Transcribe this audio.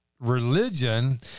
religion